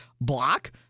block